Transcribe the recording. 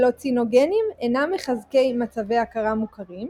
הלוצינוגנים אינם מחזקי מצבי הכרה מוכרים,